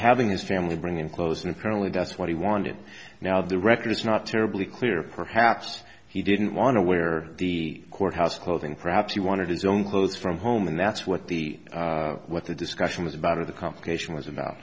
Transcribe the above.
having his family bring him clothes and apparently that's what he wanted now the record is not terribly clear perhaps he didn't want to wear the courthouse clothing perhaps he wanted his own clothes from home and that's what the what the discussion was about of the complication was about